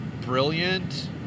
brilliant